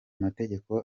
mategeko